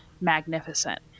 magnificent